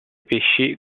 pesci